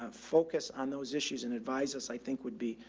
ah focus on those issues. and advisors i think would be,